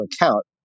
account